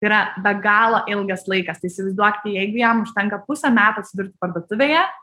tai yra be galo ilgas laikas tai įsivaizduok jeigu jam užtenka pusę metų atsidurt parduotuvėje